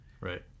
Right